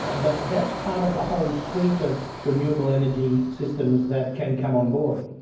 but that's part of the whole suite of renewable energy systems that can come on board.